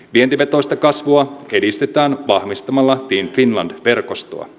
vientivetoista kasvua edistetään vahvistamalla team finland verkostoa